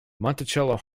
monticello